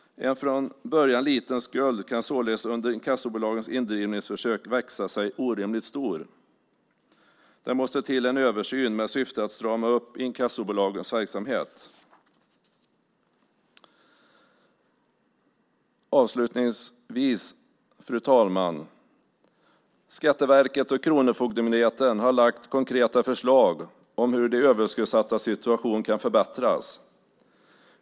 En från början liten skuld kan således under inkassobolagens indrivningsförsök växa sig orimligt stor. Det måste till en översyn med syfte att strama upp inkassobolagens verksamhet. Fru talman! Skatteverket och Kronofogdemyndigheten har lagt fram konkreta förslag på hur de överskuldsattas situation kan förbättras.